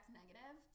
negative